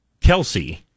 Kelsey